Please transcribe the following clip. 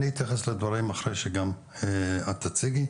אני אתייחס לדברים אחרי ההצגה שלך,